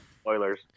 spoilers